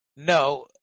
No